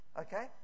Okay